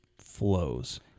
flows